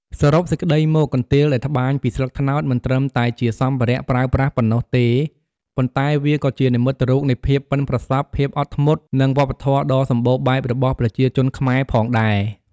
សរុបសេចក្ដីមក កន្ទេលដែលត្បាញពីស្លឹកត្នោត មិនត្រឹមតែជាសម្ភារៈប្រើប្រាស់ប៉ុណ្ណោះទេ ប៉ុន្តែវាក៏ជា និមិត្តរូបនៃភាពប៉ិនប្រសប់ ភាពអត់ធ្មត់ និងវប្បធម៌ដ៏សម្បូរបែបរបស់ប្រជាជនខ្មែរ ផងដែរ។